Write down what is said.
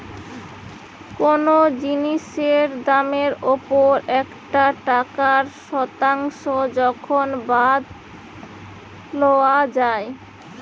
কোনো জিনিসের দামের ওপর একটা টাকার শতাংশ যখন বাদ লওয়া যাই